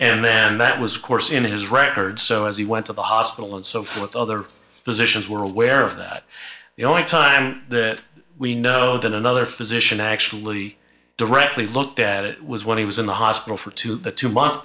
and then that was of course in his records so as he went to the hospital and so forth other physicians were aware of that the only time that we know that another physician actually directly looked at it was when he was in the hospital for two to two month